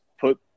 put